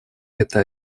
это